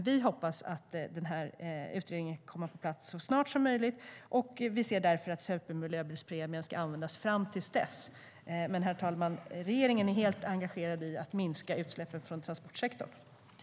Vi hoppas dock att utredningen kommer på plats så snabbt som möjligt. Vi anser att supermiljöbilspremien ska användas fram till dess.